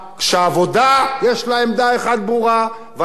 כשהעבודה יש לה עמדה אחת ברורה והליכוד,